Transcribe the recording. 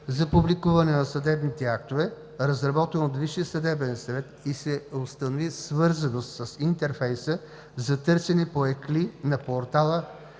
за публикуване на съдебните актове, разработен от Висшия съдебен съвет и се установи свързаност с интерфейса за търсене по ECLI на портала